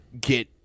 get